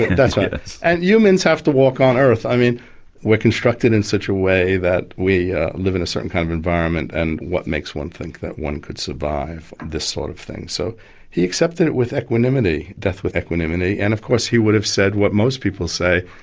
that's ah it. and humans have to walk on earth, i mean we're constructed in such a way that we live in a certain kind of environment and what makes one think that one could survive and this sort of thing? so he accepted it with equanimity, death with equanimity, and of course he would have said what most people say,